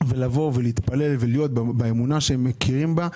לבוא ולהתפלל ולהיות באמונה שהם מכירים בה,